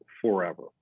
forever